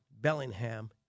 Bellingham